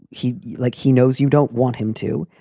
he like he knows you don't want him to.